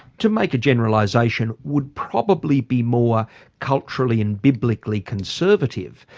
to make a generalisation, would probably be more culturally and biblically conservative.